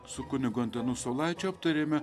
su kunigu antanu saulaičiu aptarėme